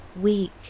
Weak